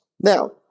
Now